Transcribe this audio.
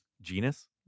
genus